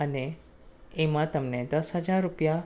અને એમાં તમને દસ હજાર રૂપિયા